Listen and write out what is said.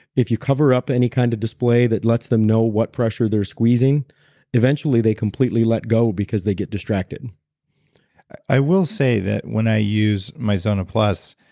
if you cover up any kind of display that lets them know what pressure they're squeezing eventually they completely let go because they get distracted i will say that when i use my zona plus,